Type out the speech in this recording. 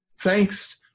thanks